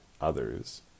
others